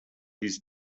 his